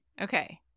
Okay